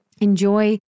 enjoy